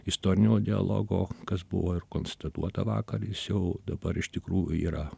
istorinio dialogo kas buvo ir konstatuota vakar jis jau dabar iš tikrųjų yra